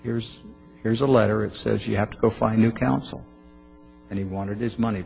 here's here's a letter of says you have to go find new counsel and he wanted his money